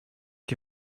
die